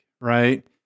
Right